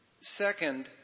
Second